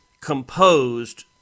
composed